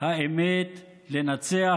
האמת לנצח,